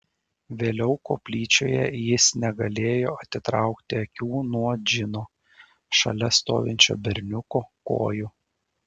vėliau koplyčioje jis negalėjo atitraukti akių nuo džino šalia stovinčio berniuko kojų